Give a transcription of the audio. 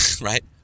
right